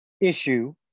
issue